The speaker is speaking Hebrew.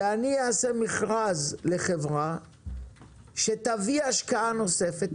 ואני אעשה מכרז לחברה שתביא השקעה נוספת,